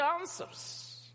answers